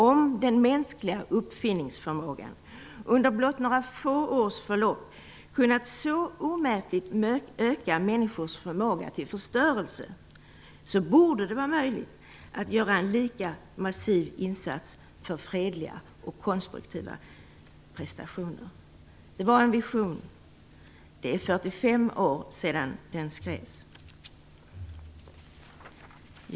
Om den mänskliga uppfinningsförmågan, under blott några få års förlopp, kunnat så omätligt öka människors förmåga till förstörelse, borde det vara möjligt att göra en lika massiv insats för fredliga och konstruktiva prestationer". Det var en vision. Det är 45 år sedan den skrevs.